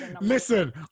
Listen